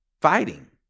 fighting